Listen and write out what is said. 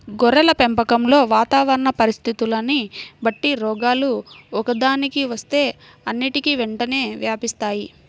గొర్రెల పెంపకంలో వాతావరణ పరిస్థితులని బట్టి రోగాలు ఒక్కదానికి వస్తే అన్నిటికీ వెంటనే వ్యాపిస్తాయి